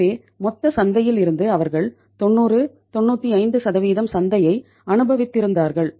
எனவே மொத்த சந்தையில் இருந்து அவர்கள் 90 95 சந்தையை அனுபவித்திருந்தார்கள்